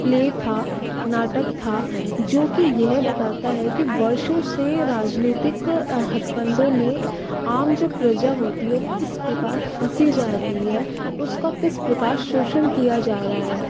play था नाटक था जो कि यह बताता है की वर्षों से राजनीतिक हथकंडों में आम जो प्रजा होती है वो किस प्रकार फसी जा रही है उसका किस प्रकार शोषण किया जा रहा है